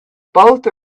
both